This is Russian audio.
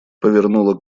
повернула